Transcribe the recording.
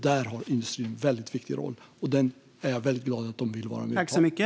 Där har industrin en väldigt viktig roll, och jag är väldigt glad att industrin vill vara med och ha den rollen.